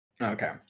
Okay